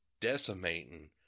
decimating